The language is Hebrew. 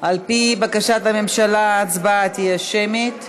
על-פי בקשת הממשלה, ההצבעה תהיה שמית.